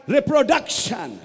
Reproduction